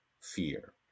fear